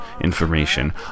information